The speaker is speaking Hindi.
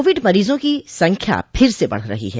कोविड मरीजों की संख्या फिर से बढ़ रही है